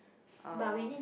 um